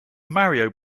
mario